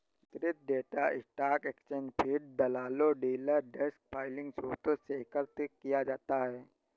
वितरित data stock exchange feed, दलालों, dealer desk filing स्रोतों से एकत्र किया जाता है